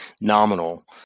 nominal